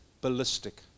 ballistic